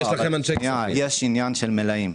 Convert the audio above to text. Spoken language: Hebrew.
יש עניין של מלאים.